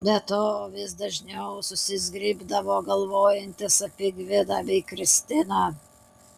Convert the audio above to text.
be to vis dažniau susizgribdavo galvojantis apie gvidą bei kristiną